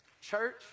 Church